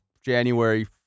January